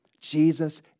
Jesus